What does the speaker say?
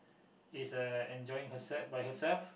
is uh enjoying her set by herself